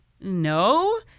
no